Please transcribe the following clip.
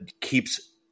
keeps